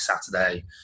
Saturday